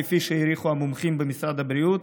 כפי שהעריכו המומחים במשרד הבריאות,